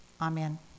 Amen